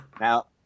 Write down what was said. now